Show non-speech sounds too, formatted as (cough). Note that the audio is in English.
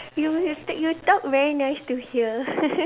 you will stick you talk very nice to hear (laughs)